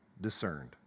discerned